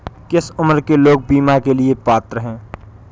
किस उम्र के लोग बीमा के लिए पात्र हैं?